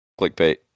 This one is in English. clickbait